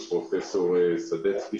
פרופ' סדצקי,